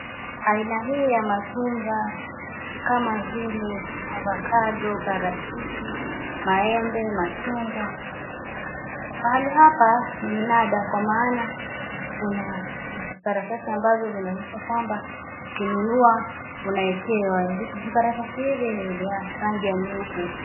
Aina hii ya matunda ni kama vile avocado, parachichi, maembe, machungwa. Pahali hapa ni mnada kwa maana kuna vijikaratasi ambavyo vinaonyesha kwamba ukinunua unaekewa. Vijikaratasi hivi ni vya rangi nyeupe.